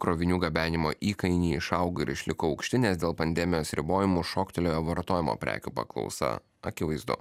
krovinių gabenimo įkainiai išaugo ir išliko aukšti nes dėl pandemijos ribojimų šoktelėjo vartojimų prekių paklausa akivaizdu